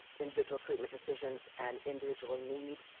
individual treatment decisions, and individual need,